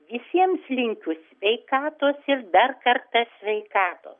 visiems linkiu sveikatos ir dar kartą sveikatos